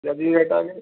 ਆ ਗਏ